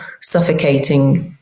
suffocating